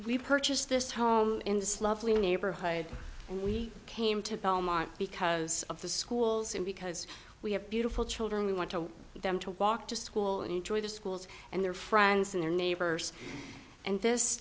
we purchased this home in this lovely neighborhood and we came to belmont because of the schools and because we have beautiful children we want to them to walk to school and enjoy the schools and their friends and their neighbors and this